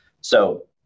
So-